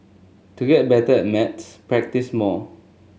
to get better at maths practise more